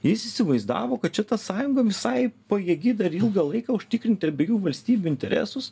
jis įsivaizdavo kad čia ta sąjunga visai pajėgi dar ilgą laiką užtikrinti abiejų valstybių interesus